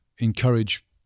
encourage